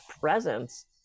presence